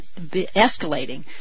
escalating